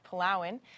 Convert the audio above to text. Palawan